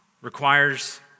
requires